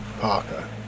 Parker